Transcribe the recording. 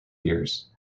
years